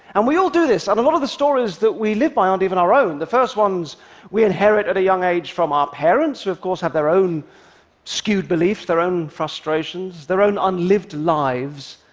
and we all do this, and a lot of the stories that we live by aren't even our own. the first ones we inherit at a young age from our parents, who of course have their own skewed beliefs, their own frustrations, their own unlived lives.